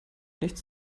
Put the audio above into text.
nichts